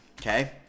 okay